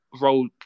role